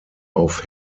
auf